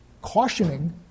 cautioning